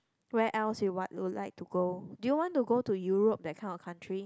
where else you what would like to go do you want to go to Europe that kind of country